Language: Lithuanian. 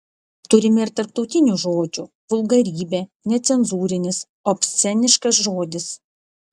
turime ir tarptautinių žodžių vulgarybė necenzūrinis obsceniškas žodis